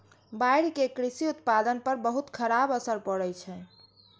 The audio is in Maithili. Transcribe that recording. बाढ़ि के कृषि उत्पादन पर बहुत खराब असर पड़ै छै